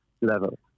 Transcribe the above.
level